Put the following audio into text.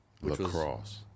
Lacrosse